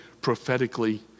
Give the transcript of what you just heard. prophetically